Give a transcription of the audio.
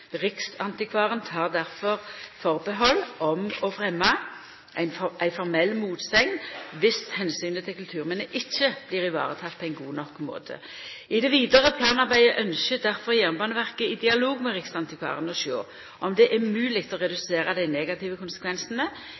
Riksantikvaren tek derfor atterhald om å fremja ei formell motsegn dersom omsynet til kulturminne ikkje blir vareteke på ein god nok måte. I det vidare planarbeidet ynskjer difor Jernbaneverket, i dialog med riksantikvaren, å sjå om det er mogleg å redusera dei negative konsekvensane.